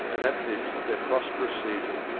and at this, their prosperous season,